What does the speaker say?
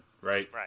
Right